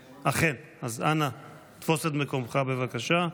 אכן, אז אנא, תפוס את מקומך, בבקשה.